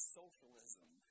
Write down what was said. socialism